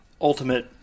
ultimate